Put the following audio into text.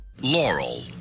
Laurel